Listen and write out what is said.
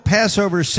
Passover